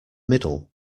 middle